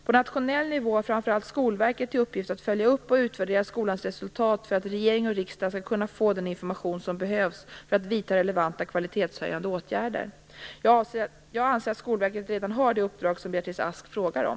På nationell nivå har framför allt Skolverket till uppgift att följa upp och utvärdera skolans resultat för att regering och riksdag skall kunna få den information som behövs för att vidta relevanta kvalitetshöjande åtgärder. Jag anser att Skolverket redan har det uppdrag som Beatrice Ask frågar om.